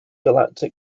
galactic